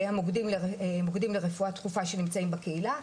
המוקדים לרפואה דחופה שנמצאים בקהילה.